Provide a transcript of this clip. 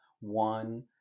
One